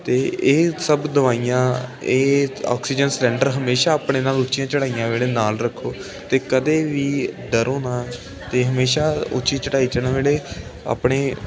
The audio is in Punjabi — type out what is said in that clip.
ਅਤੇ ਇਹ ਸਭ ਦਵਾਈਆਂ ਇਹ ਓਕਸੀਜਨ ਸਿਲੰਡਰ ਹਮੇਸ਼ਾ ਆਪਣੇ ਨਾਲ ਉੱਚੀਆਂ ਚੜਾਈਆਂ ਵੇਲੇ ਨਾਲ ਰੱਖੋ ਅਤੇ ਕਦੇ ਵੀ ਡਰੋ ਨਾ ਅਤੇ ਹਮੇਸ਼ਾ ਉੱਚੀ ਚੜਾਈ ਚੜਨ ਵੇਲੇ ਆਪਣੇ